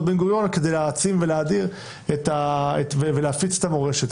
בן-גוריון כדי להעצים ולהאדיר ולהפיץ את המורשת,